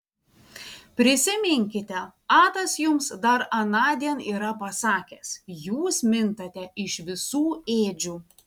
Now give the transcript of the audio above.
prisiminkite atas jums dar anądien yra pasakęs jūs mintate iš visų ėdžių